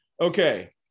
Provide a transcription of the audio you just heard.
Okay